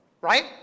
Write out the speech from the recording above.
Right